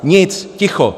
Nic. Ticho.